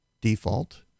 default